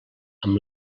amb